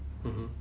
mmhmm